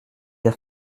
airs